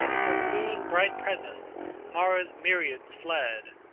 from whose bright presence mara's myriads fled.